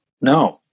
No